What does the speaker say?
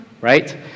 right